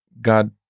God